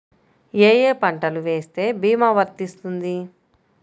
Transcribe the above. ఏ ఏ పంటలు వేస్తే భీమా వర్తిస్తుంది?